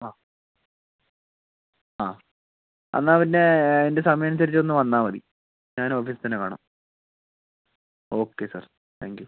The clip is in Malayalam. ആ ആ എന്നാൽ പിന്നെ എൻ്റെ സമയം അനുസരിച്ച് ഒന്ന് വന്നാൽ മതി ഞാൻ ഓഫീസിൽ തന്നെ കാണും ഓക്കെ സാർ താങ്ക്യൂ